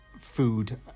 food